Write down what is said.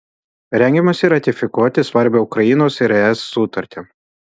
rengiamasi ratifikuoti svarbią ukrainos ir es sutartį